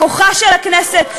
בכוחה של הכנסת,